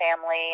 family